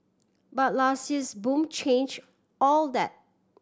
but last year's boom change all that